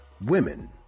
Women